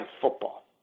football